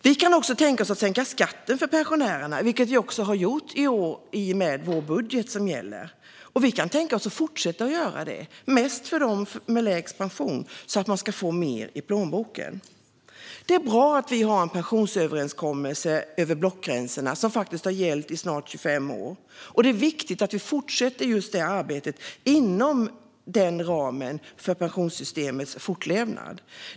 Vi kan också tänka oss att sänka skatten för pensionärerna, vilket vi också har gjort i år i och med vår budget som gäller, och vi kan tänka oss att fortsätta göra det, mest för dem med lägst pension så att de ska få mer i plånboken. Det är bra att vi har en pensionsöverenskommelse över blockgränsen, som faktiskt har gällt i snart 25 år, och det är viktigt att vi fortsätter att arbeta inom ramen för denna för pensionssystemets fortlevnad.